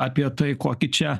apie tai kokį čia